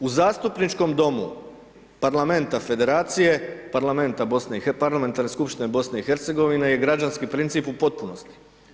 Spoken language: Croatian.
U zastupničkom domu parlamenta federacije, parlamenta BiH, parlamentarne skupštine BiH je građanski princip u potpunosti.